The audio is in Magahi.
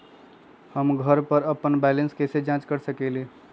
हम घर पर अपन बैलेंस कैसे जाँच कर सकेली?